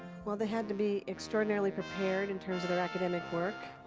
well, they had to be extraordinarily prepared in terms of their academic work,